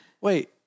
Wait